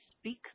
speak